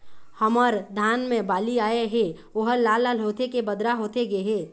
हमर धान मे बाली आए हे ओहर लाल लाल होथे के बदरा होथे गे हे?